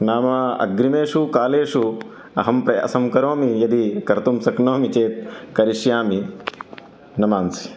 नाम अग्रिमेषु कालेषु अहं प्रयासं करोमि यदि कर्तुं शक्नोमि चेत् करिष्यामि नमांसि